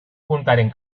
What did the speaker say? puntaren